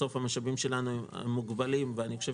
בסוף המשאבים שלנו מוגבלים ואני חושב